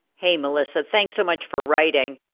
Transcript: hey, melissa. thanks so much for writing.